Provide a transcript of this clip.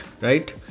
right